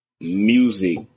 music